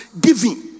giving